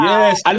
Yes